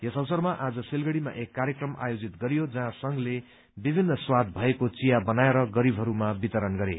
यस अवसरमा आज सिलगढ़ीमा एक कार्यक्रम आयोजित गरियो जहाँ संघले विभित्र स्वाद भएको चिया बनाएर गरीबहरूलाई वितरण गरे